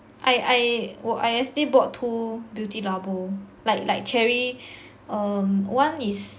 I I 我 I yesterday bought two Beautylabo like like cherry um one is